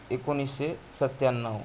एकोणीसशे सत्याण्णव